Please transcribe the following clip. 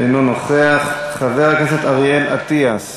אינו נוכח, חבר הכנסת אריאל אטיאס